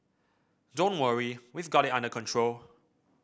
don't worry we've got it under control